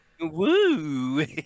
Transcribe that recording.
Woo